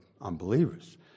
unbelievers